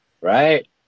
right